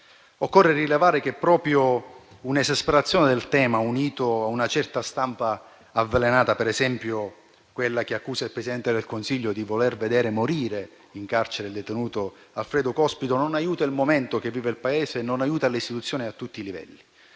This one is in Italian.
Occorre rilevare che proprio una esasperazione del tema, unita a una certa stampa avvelenata, per esempio quella che accusa il Presidente del Consiglio di voler vedere morire in carcere il detenuto Alfredo Cospito, non aiuta il momento che vive il Paese e non aiuta le istituzioni a tutti i livelli.